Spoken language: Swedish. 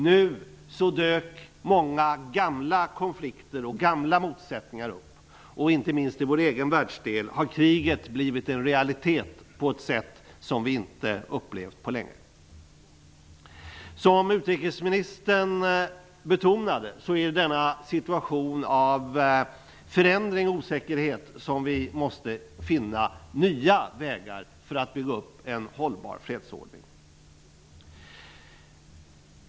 Nu dyker många gamla konflikter och motsättningar upp. Inte minst i vår egen världsdel har kriget blivit en realitet på ett sätt som vi inte har upplevt på länge. Som utrikesministern betonade måste vi i denna situation av förändring och osäkerhet finna nya vägar för att bygga upp en hållbar fredsordning.